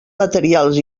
materials